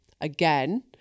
again